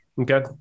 okay